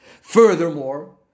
Furthermore